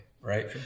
right